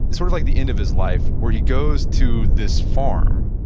is sort of like the end of his life, where he goes to this farm,